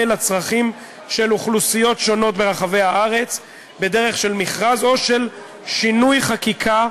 לצרכים של אוכלוסיות שונות ברחבי הארץ בדרך של מכרז או של שינוי חקיקה,